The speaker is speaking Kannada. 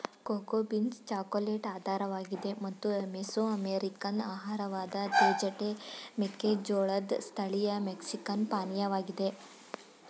ಕೋಕೋ ಬೀನ್ಸ್ ಚಾಕೊಲೇಟ್ ಆಧಾರವಾಗಿದೆ ಮತ್ತು ಮೆಸೊಅಮೆರಿಕನ್ ಆಹಾರವಾದ ತೇಜಟೆ ಮೆಕ್ಕೆಜೋಳದ್ ಸ್ಥಳೀಯ ಮೆಕ್ಸಿಕನ್ ಪಾನೀಯವಾಗಿದೆ